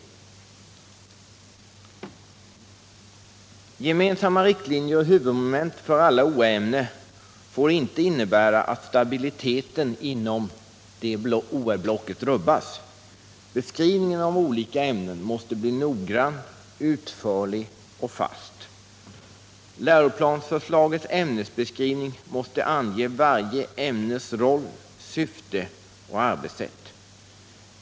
För det andra får gemensamma riktlinjer och huvudmoment för alla OÄ-ämnen inte innebära att stabiliteten inom OÄ-blocket rubbas. Beskrivningen av de olika ämnena måste bli noggrann, utförlig och fast. Läroplansförslagets ämnesbeskrivning måste för varje ämne ange roll, syfte och arbetssätt.